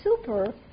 super